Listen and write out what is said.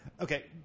Okay